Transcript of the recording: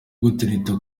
gutereta